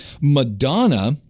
Madonna